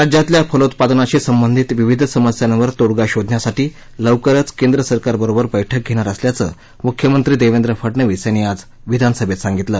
राज्यातल्या फलोत्पादनाशी संबंधीत विविध समस्यांवर तोडगा शोधण्यासाठी लवकरचं केंद्र सरकार बरोबर बैठक घेणार असल्याचं मुख्यमंत्री देवेंद्र फडणवीस यांनी आज विधानसभेत सांगितलं